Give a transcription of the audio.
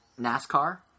NASCAR